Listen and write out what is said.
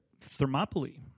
Thermopylae